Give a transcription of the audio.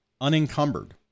unencumbered